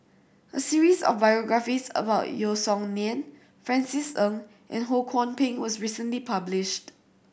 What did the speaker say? a series of biographies about Yeo Song Nian Francis Ng and Ho Kwon Ping was recently published